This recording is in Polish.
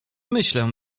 myślę